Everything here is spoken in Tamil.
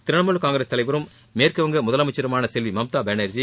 திரிணமூல் காங்கிரஸ் தலைவரும் மேற்குவங்க முதலமைச்சருமான செல்வி மம்தாபாளர்ஜி